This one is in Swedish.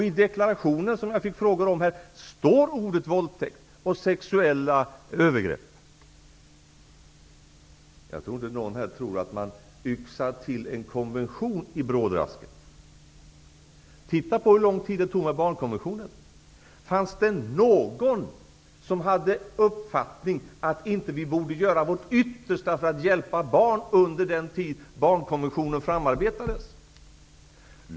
I deklarationen, som jag fick frågor om här, står ordet våldtäkt och sexuella övergrepp. Jag tror inte att någon här tror att man yxar till en konvention i brådrasket. Vi kan bara titta på hur långt tid det tog med Barnkonventionen. Fanns det någon som hade den uppfattningen att vi inte borde göra vårt yttersta för att hjälpa barn under den tid Fru talman!